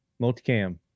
Multicam